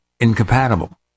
incompatible